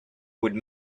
would